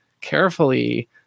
carefully